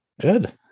Good